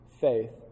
faith